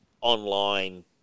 online